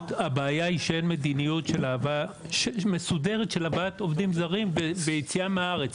הבעיה היא שאין מדיניות מסודרת של הבאת עובדים זרים ביציאה מהארץ.